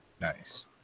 Nice